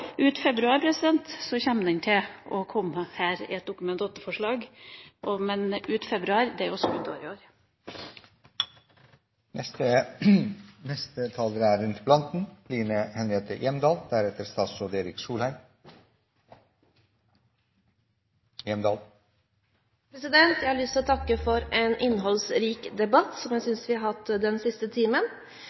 den til å komme som et Dokument nr. 8-forslag her. Det er jo skuddår i år! Jeg har lyst til å takke for en innholdsrik debatt, som jeg synes vi har hatt den siste timen.